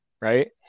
Right